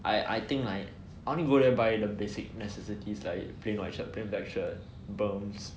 I I think I like only go there by the basic necessities like plain white shirt plain black shirt berms